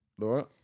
Laura